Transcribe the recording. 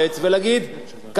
ככה לא פועלים,